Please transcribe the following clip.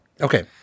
Okay